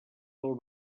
del